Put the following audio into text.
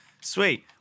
sweet